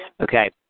Okay